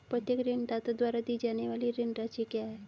प्रत्येक ऋणदाता द्वारा दी जाने वाली ऋण राशि क्या है?